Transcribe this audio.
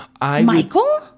Michael